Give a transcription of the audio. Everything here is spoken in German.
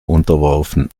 unterworfen